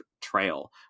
trail